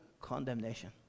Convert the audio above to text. condemnation